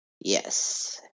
Yes